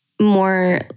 more